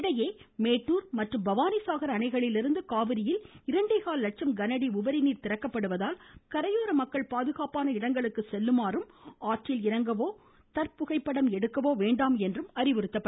இதனிடையே மேட்டூர் மற்றும் பவானி சாகர் அணைகளிலிருந்து காவிரியில் இரண்டே கால் லட்சம் கனஅடி உபரிநீர் திறக்கப்படுவதால் கரையோர மக்கள் பாதுகாப்பான இடங்களுக்கு செல்லுமாறும் ஆற்றில் இறங்கவோ செல்பி எடுக்கவோ வேண்டாம் என்றும் அறிவுறுத்தப்படுகின்றனர்